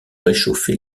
réchauffer